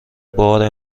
بار